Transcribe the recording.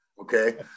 okay